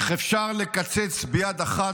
איך אפשר לקצץ ביד אחת,